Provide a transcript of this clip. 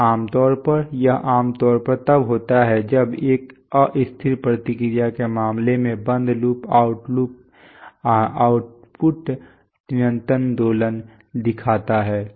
तो आमतौर पर यह आमतौर पर तब होता है जब एक अस्थिर प्रतिक्रिया के मामले में बंद लूप आउटपुट निरंतर दोलन दिखाता है